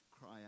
cry